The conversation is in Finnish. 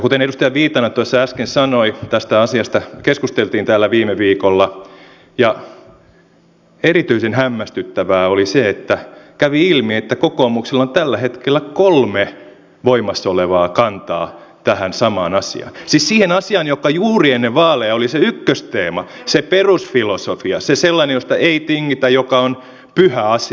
kuten edustaja viitanen tuossa äsken sanoi tästä asiasta keskusteltiin täällä viime viikolla ja erityisen hämmästyttävää oli se että kävi ilmi että kokoomuksella on tällä hetkellä kolme voimassa olevaa kantaa tähän samaan asiaan siis siihen asiaan joka juuri ennen vaaleja oli se ykkösteema se perusfilosofia se sellainen josta ei tingitä joka on pyhä asia